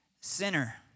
sinner